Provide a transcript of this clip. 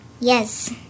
Yes